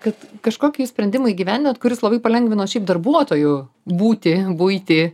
kad kažkokį jūs sprendimą įgyvenintot kuris labai palengvino šiaip darbuotojų būtį buitį